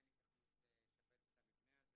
אין היתכנות לשפץ את המבנה הזה.